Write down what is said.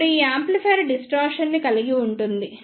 ఇప్పుడు ఈ amplifier distortion ని కలిగి ఉంటుంది